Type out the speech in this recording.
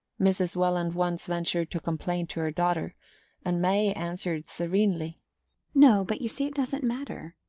mrs. welland once ventured to complain to her daughter and may answered serenely no but you see it doesn't matter,